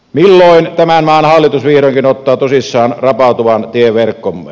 milloin tämän maan hallitus vihdoinkin ottaa tosissaan rapautuvan tieverkkomme